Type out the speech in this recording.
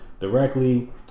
directly